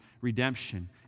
redemption